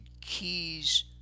keys